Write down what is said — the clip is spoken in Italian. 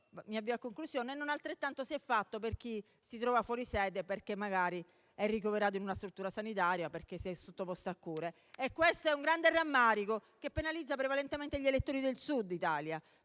di lavoro. E non altrettanto si è fatto per chi si trova fuori sede perché magari è ricoverato in una struttura sanitaria o perché si è sottoposto a cure. È un grande rammarico, perché questo penalizza prevalentemente gli elettori del Sud Italia,